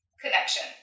connection